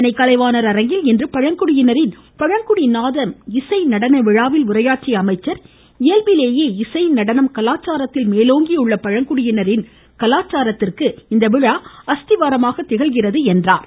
சென்னை கலைவாணர் அரங்கில் இன்று பழங்குடியினரின் பழங்குடி நாதம் இசை நடன விழாவில் உரையாற்றிய அவர் இயல்பிலேயே இசை நடனம் கலாச்சாரத்தில் மேலோங்கியுள்ள பழங்குடியினரின் கலாச்சாரத்திற்கு இந்த விழா அஸ்திவாரமாக திகழ்கிறது என்றார்